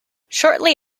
shortly